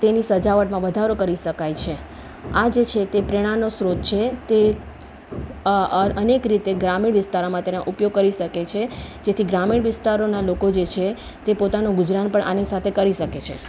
તેની સજાવટમાં વધારો કરી શકાય છે આજે છે તે પ્રેરણાનો સ્ત્રોત છે તે અનેક રીતે ગ્રામીણ વિસ્તારમાં તેના ઉપયોગ કરી શકે છે જેથી ગ્રામીણ વિસ્તારોનાં લોકો જે છે તે પોતાનું ગુજરાન પણ આની સાથે કરી શકે છે